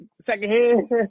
secondhand